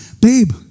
babe